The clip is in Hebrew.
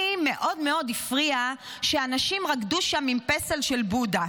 לי מאוד מאוד הפריע שאנשים רקדו שם עם פסל של בודהה.